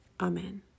Amen